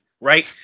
right